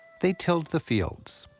they tilled the fields.